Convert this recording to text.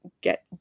get